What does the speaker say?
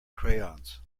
crayons